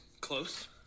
close